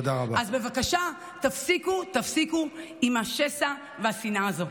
אז, בבקשה, תפסיקו, תפסיקו עם השסע והשנאה הזאת.